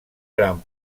gran